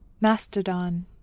mastodon